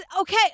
okay